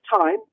time